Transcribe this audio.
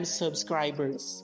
subscribers